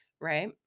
right